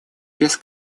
без